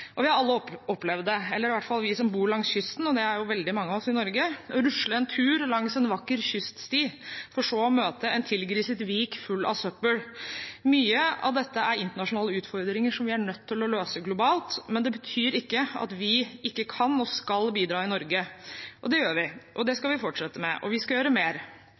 vår. Vi har alle opplevd – i hvert fall vi som bor langs kysten, og det er jo veldig mange av oss i Norge – å rusle en tur langs en vakker kyststi for så å møte en tilgriset vik full av søppel. Mye av dette er internasjonale utfordringer som vi er nødt til å løse globalt, men det betyr ikke at vi ikke kan og skal bidra i Norge. Det gjør vi, og det skal vi fortsette med – og vi skal gjøre mer.